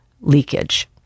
leakage